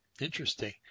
interesting